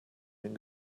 den